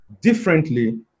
differently